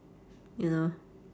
you know